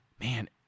man